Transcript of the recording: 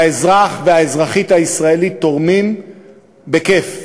והאזרח והאזרחית הישראלים תורמים בכיף.